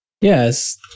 yes